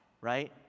right